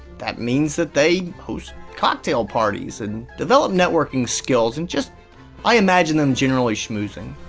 that means that they host cocktail parties, and develop networking skills, and just i imagine them generally schmoozing.